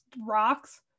rocks